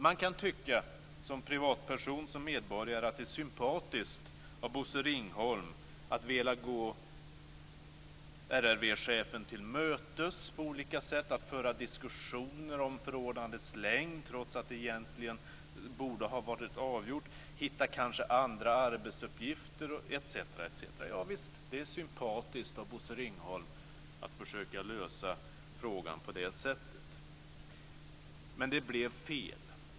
Man kan tycka, som privatperson, som medborgare, att det är sympatiskt av Bosse Ringholm att vilja gå RRV-chefen till mötes på olika sätt, att föra diskussioner om förordnandets längd trots att det egentligen borde ha varit avgjort, att kanske hitta andra arbetsuppgifter etc. Javisst, det är sympatiskt av Bosse Ringholm att försöka lösa frågan på det sättet. Men det blev fel.